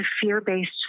fear-based